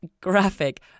graphic